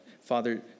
Father